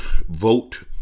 Vote